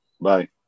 Bye